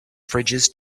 fridges